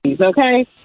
okay